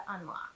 unlock